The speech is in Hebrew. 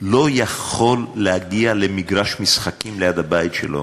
לא יכול להגיע למגרש משחקים ליד הבית שלו